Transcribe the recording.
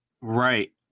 right